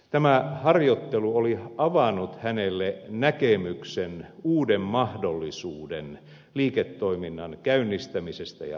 tämä harjoittelu oli avannut hänelle näkemyksen uuden liiketoiminnan käynnistämisestä ja rakentamisesta